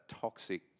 toxic